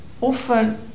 often